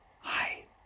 Hi